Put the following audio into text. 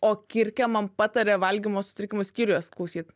o kirkė man patarė valgymo sutrikimų skyriuje klausyt